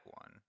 one